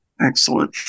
Excellent